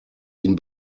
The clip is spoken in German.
ihn